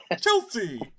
Chelsea